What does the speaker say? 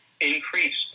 increased